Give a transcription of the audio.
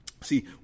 See